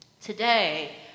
Today